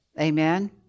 Amen